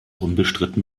unbestritten